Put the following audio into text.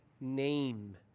name